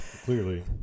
Clearly